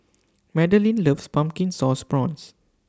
Madalyn loves Pumpkin Sauce Prawns